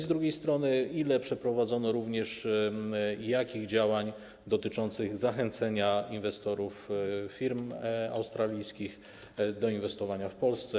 Z drugiej strony, ile przeprowadzono, i jakich, działań polegających na zachęceniu inwestorów firm australijskich do inwestowania w Polsce?